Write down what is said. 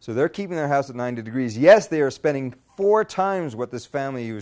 so they're keeping their house at ninety degrees yes they are spending four times what this family was